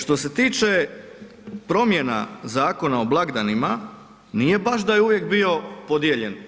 Što se tiče promjena Zakona o blagdanima, nije baš da je uvijek bio podijeljen.